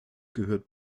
gehört